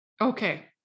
Okay